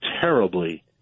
terribly